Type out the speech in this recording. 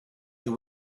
you